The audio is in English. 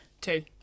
Two